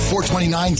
.429